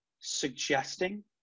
suggesting